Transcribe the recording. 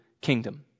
kingdom